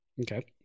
Okay